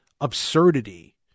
absurdity